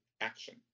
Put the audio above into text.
action